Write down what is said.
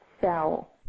sell